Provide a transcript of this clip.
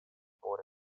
born